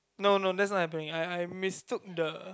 no no that's why I am bringing I I mistook the